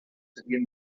serien